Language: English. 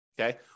Okay